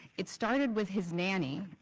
it started with his nanny,